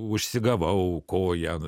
užsigavau koją